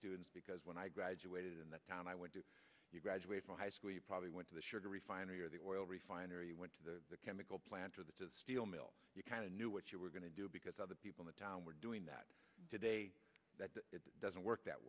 students because when i graduated in that time i went to graduate from high school you probably went to the sugar refinery or the oil refinery went to the chemical plant or the steel mill you kind of knew what you were going to do because other people the town were doing that today it doesn't work that